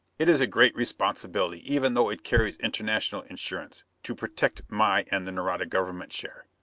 it is a great responsibility even though it carries international insurance, to protect my and the nareda government share.